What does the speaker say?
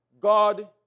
God